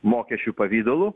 mokesčių pavidalu